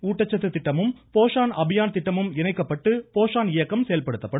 ஊட்டசத்து திட்டமும் போஷன் அபியான் திட்டமும் இணைக்கப்பட்டு போஷான் இயக்கம் செயல்படுத்தப்படும்